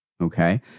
okay